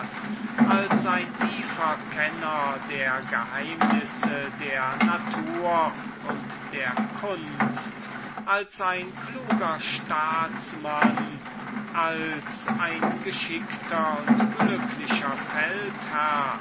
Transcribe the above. als ein tiefer kenner der geheimnisse der natur und der mechanischen künste als ein weiser staatsmann als ein geschickter und allezeit glücklicher